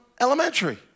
elementary